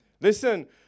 Listen